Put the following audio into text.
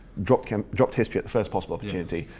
dropped um dropped history at the first possible opportunity,